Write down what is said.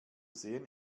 sehen